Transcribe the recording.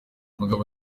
mugabe